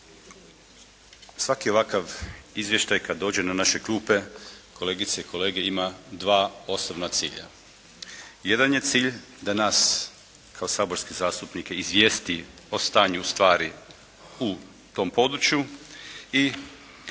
Svaki ovakav Izvještaj kada dođe na naše klupe, kolegice i kolege ima dva osnovna cilja. Jedan je cilj da nas kao saborske zastupnike izvijesti o stanju stvari u tom području i putem